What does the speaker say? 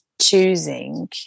Choosing